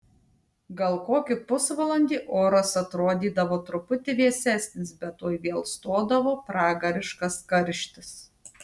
gal kokį pusvalandį oras atrodydavo truputį vėsesnis bet tuoj vėl stodavo pragariškas karštis